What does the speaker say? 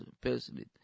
personally